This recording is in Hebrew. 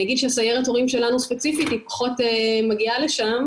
אני אגיד שסיירת ההורים שלנו ספציפית היא פחות מגיעה לשם